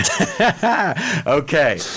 Okay